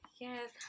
Yes